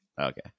okay